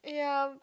ya